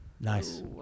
nice